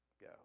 go